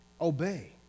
obey